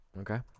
okay